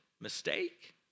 mistake